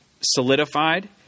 solidified